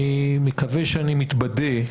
ואני מקווה שאני מתבדה,